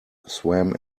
swam